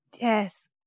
Yes